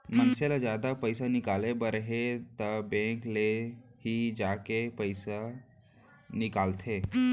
मनसे ल जादा पइसा निकाले बर हे त बेंक ले ही जाके अपन पइसा निकालंथे